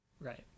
Right